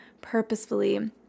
purposefully